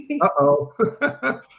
Uh-oh